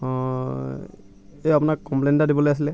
অঁ এই আপোনাক কমপ্লেইণ্ট এটা দিবলৈ আছিলে